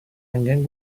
angen